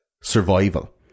survival